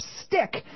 stick